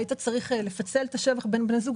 היית צריך לפצל את השבח בין בני זוג,